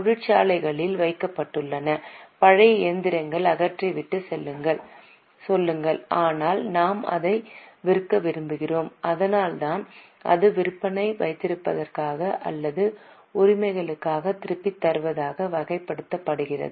தொழிற்சாலையில் வைக்கப்பட்டுள்ள பழைய இயந்திரங்களை அகற்றிவிட்டுச் சொல்லுங்கள் ஆனால் நாம் அதை விற்க விரும்புகிறோம் அதனால்தான் இது விற்பனைக்கு வைத்திருப்பதாக அல்லது உரிமையாளர்களுக்கு திருப்பித் தருவதாக வகைப்படுத்தப்பட்டுள்ளது